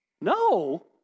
No